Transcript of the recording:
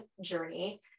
journey